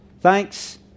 Thanks